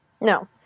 no